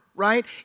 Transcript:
right